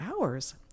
hours